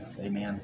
amen